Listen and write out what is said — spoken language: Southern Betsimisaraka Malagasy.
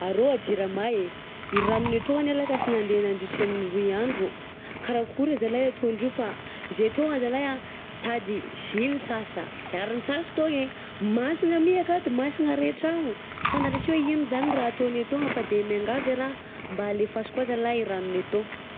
Arô a jirama e, i ragnonay tô anie lah ka sy nande nandritra ny roy andro, karakory zalay ataondreo fa zay tô ah zalay sady sy misasa sy ary nisasa tôy e? _x000D_ Mansigna my akato mansigna iray tragno, sy fantara sy hoe zany ino raha ataonay toagna fa de miangavy e raha mba alefaso koa zalah e ragnonay toa.